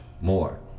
more